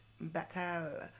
battle